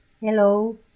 Hello